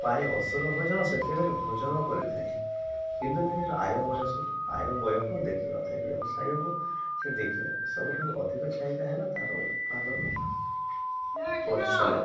ଓ ଆୟ ଅସୁର ଭୋଜନ ସେତେବେଳେ ଭୋଜନ କରିଥାଏ କିନ୍ତୁ ନିଜର ଆୟ ବୟସକୁ ଆୟ ବ୍ୟୟକୁ ଦେଖିନ ଥାଏ ବ୍ୟବସାୟକୁ ସେ ଦେଖିନ ଥାଏ ସବୁଠାରୁ ଅଧିକ ଚାହିଦା ହେଲା ତା'ର ଉତ୍ପାଦନ ପରିଶ୍ରମ